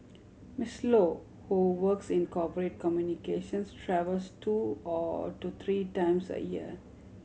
Miss Low who works in corporate communications travels two or to three times a year